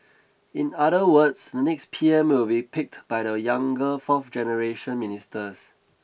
in other words the next P M will be picked by the younger fourth generation ministers